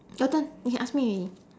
your turn you can ask me already